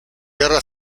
guerra